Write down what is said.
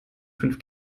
fünf